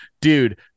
Dude